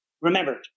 remembered